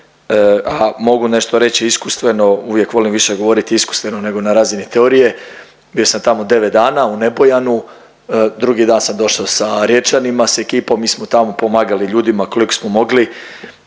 a mogu nešto reći iskustveno, uvijek volim više govoriti iskustveno nego na razini teorije. Bio sam tamo devet dana u Nebojanu, drugi dan sam došao sa Riječanima s ekipom mi smo tamo pomagali ljudima koliko smo mogli